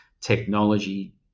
technology